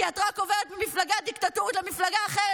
כי את רק עוברת ממפלגה דיקטטורית למפלגה אחרת,